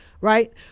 Right